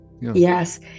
Yes